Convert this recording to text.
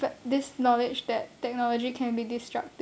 th~ this knowledge that technology can be disruptive